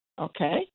Okay